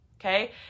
okay